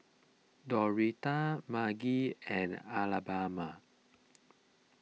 Doretta Margy and Alabama